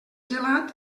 gelat